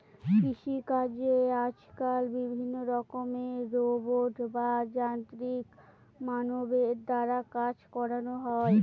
কৃষিকাজে আজকাল বিভিন্ন রকমের রোবট বা যান্ত্রিক মানবের দ্বারা কাজ করানো হয়